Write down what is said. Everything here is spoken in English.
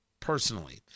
Personally